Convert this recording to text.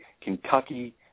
Kentucky